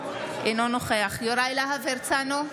אינו נוכח יוראי להב הרצנו,